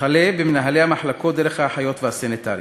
וכלה במנהלי המחלקות, דרך האחיות והסניטרים?